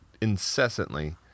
incessantly